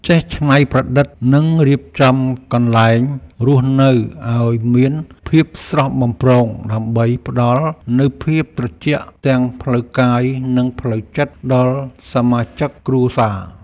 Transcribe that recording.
ចេះច្នៃប្រឌិតនិងរៀបចំកន្លែងរស់នៅឱ្យមានភាពស្រស់បំព្រងដើម្បីផ្ដល់នូវភាពត្រជាក់ទាំងផ្លូវកាយនិងផ្លូវចិត្តដល់សមាជិកគ្រួសារ។